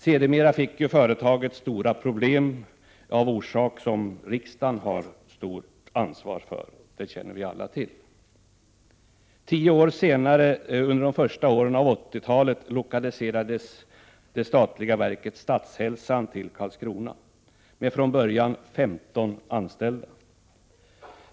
Sedermera fick ju företaget stora problem, av orsak som riksdagen har stort ansvar för — det känner vi alla till. Tio år senare, under de första åren av 1980-talet, lokaliserades det statliga verket Statshälsan till Karlskrona, med från början 15 anställda.